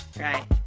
right